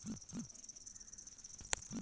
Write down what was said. चालीस टन गेहूँ उतारने के लिए श्रम शुल्क क्या होगा?